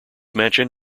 mansion